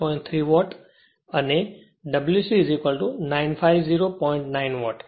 9 vote